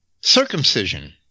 Circumcision